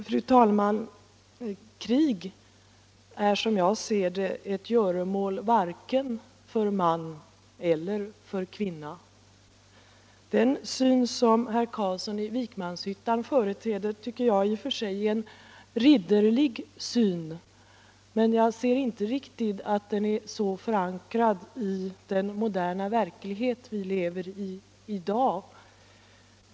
Fru talman! Krig är, som jag ser det, ett göromål varken för man eller för kvinna. Den syn som herr Carlsson i Vikmanshyttan företräder tycker jag i och för sig är ridderlig, men jag anser inte att den är förankrad i den verklighet vi i dag lever i.